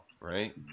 right